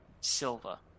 Silva